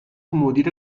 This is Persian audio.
مدیر